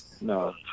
no